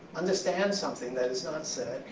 understand something that is not said,